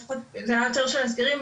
זה היה ככה יותר בתקופת הסגרים,